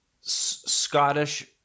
Scottish